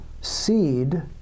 seed